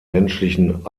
menschlichen